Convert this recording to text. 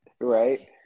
Right